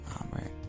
Amen